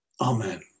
amen